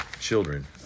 children